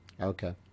Okay